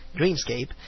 Dreamscape